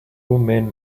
men